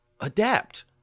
adapt